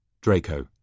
Draco